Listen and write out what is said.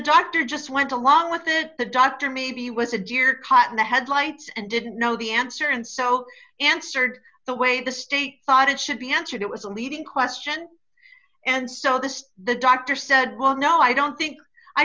doctor just went along with it the doctor maybe was a deer caught in the headlights and didn't know the answer and so answered the way the state thought it should be answered it was a leading question and so this the doctor said well no i don't think i